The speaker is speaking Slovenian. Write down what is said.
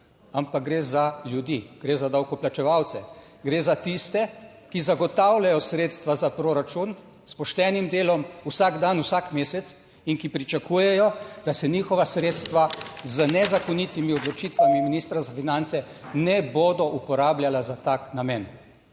ampak gre za ljudi, gre za davkoplačevalce, gre za tiste, ki zagotavljajo sredstva za proračun s poštenim delom vsak dan, vsak mesec in ki pričakujejo, da se njihova sredstva z nezakonitimi odločitvami ministra za finance ne bodo uporabljala za tak namen,